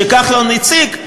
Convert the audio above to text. שכחלון הציג,